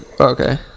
Okay